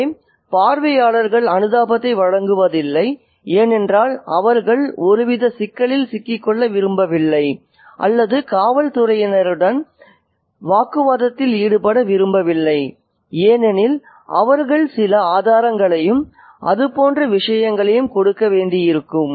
எனவே பார்வையாளர்கள் அனுதாபத்தை வழங்குவதில்லை ஏனென்றால் அவர்கள் ஒருவித சிக்கலில் சிக்கிக்கொள்ள விரும்பவில்லை அல்லது காவல்துறையினருடன் ஒருவித வாக்குவாதத்தில் ஈடுபட விரும்பவில்லை ஏனெனில் அவர்கள் சில ஆதாரங்களையும் அது போன்ற விஷயங்களையும் கொடுக்க வேண்டியிருக்கும்